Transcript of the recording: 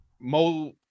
Mo